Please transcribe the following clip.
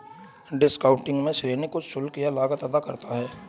discounting में ऋणी कुछ शुल्क या लागत अदा करता है